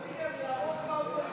ההצעה להעביר את